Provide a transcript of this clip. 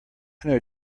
know